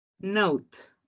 note